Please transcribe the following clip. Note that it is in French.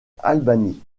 albany